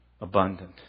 Abundant